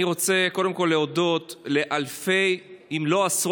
אני רוצה קודם כול להודות לאלפי מתנדבים,